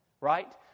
Right